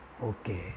Okay